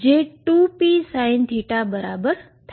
જે 2pSinθ બરાબર થાય છે